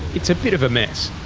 it's a bit of a mess.